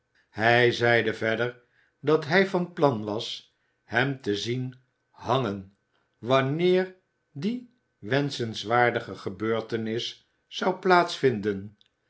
hij zeide verder dat hij van plan was hem te zien hangen wanneer die wenschenswaardige gebeurtenis zou